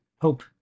hope